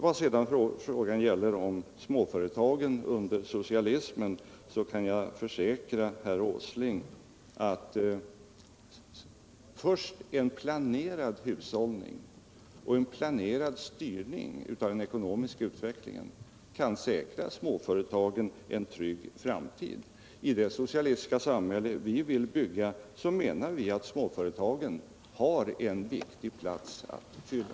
Vad sedan gäller småföretagsamheten och socialismen vill jag säga herr Åsling att först en planerad hushållning och en planerad styrning av den ekonomiska utvecklingen kan säkra småföretagen en trygg framtid. I det socialistiska samhälle som vi vill bygga menar vi att småföretagen har en viktig plats att fylla.